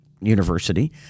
university